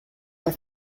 are